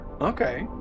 Okay